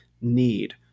need